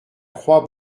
croix